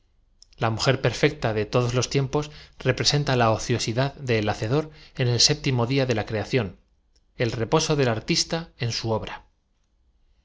a mujer perfecta de todos los tiempos representa la ociosidad del h ace dor en el séptimo día de la creación el reposo del ar tista en su obra